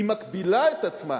היא מגבילה את עצמה,